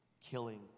killing